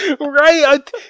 Right